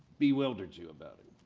bewildered you about him?